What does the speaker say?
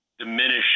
diminish